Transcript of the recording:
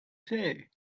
say